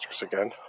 again